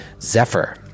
Zephyr